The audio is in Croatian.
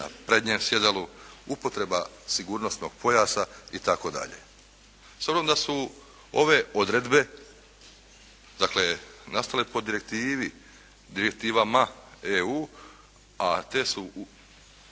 na prednjem sjedalu, upotreba sigurnosnog pojasa itd. S obzirom da su ove odredbe dakle nastale po direktivama EU, a te su